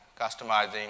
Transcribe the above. customizing